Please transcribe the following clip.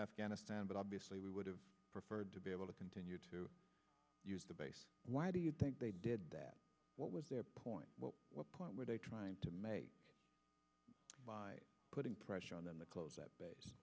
afghanistan but obviously we would have preferred to be able to continue to use the base why do you think they did that what was their point what point were they trying to make by putting pressure on the close at base